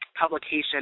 publication